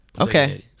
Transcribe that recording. Okay